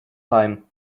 heim